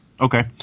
Okay